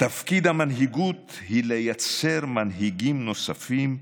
תפקיד המנהיגות הוא לייצר מנהיגים נוספים,